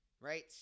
right